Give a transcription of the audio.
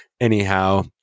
Anyhow